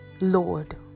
Lord